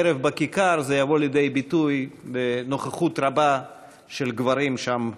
אני מקווה שגם הערב בכיכר זה יבוא לידי ביטוי בנוכחות רבה של גברים שם,